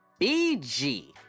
BG